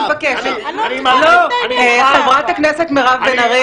אני מבקשת --- אני מוכן --- חברת הכנסת מירב בן ארי.